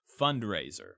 fundraiser